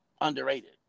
underrated